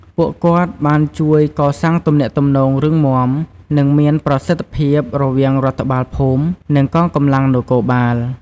ពួកគាត់បានជួយកសាងទំនាក់ទំនងរឹងមាំ និងមានប្រសិទ្ធភាពរវាងរដ្ឋបាលភូមិ និងកងកម្លាំងនគរបាល។